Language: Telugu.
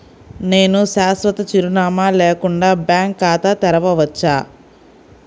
నేను శాశ్వత చిరునామా లేకుండా బ్యాంక్ ఖాతా తెరవచ్చా?